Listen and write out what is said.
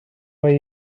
why